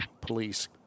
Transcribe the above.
police